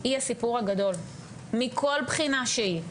היא הסיפור הגדול מכל בחינה שהיא,